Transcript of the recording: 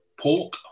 pork